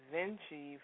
Vinci